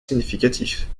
significatifs